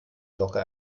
locker